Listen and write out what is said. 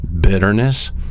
bitterness